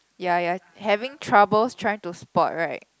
ya you are having troubles trying to spot right